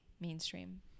mainstream